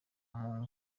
mungu